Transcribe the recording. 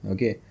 Okay